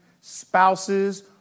spouses